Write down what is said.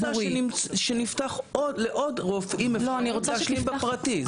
אבל את רוצה שנפתח עוד לעוד רופאים להשלים בפרטי,